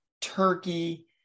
turkey